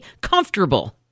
comfortable